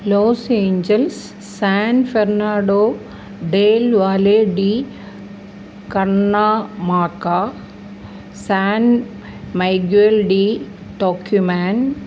Los Angeles San Fernando Del Valle ഡി കണ്ണാ മാക്കാ സാൻ മൈ ജുവൽ ഡി ടോക്കിമാൻ